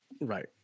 Right